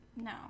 No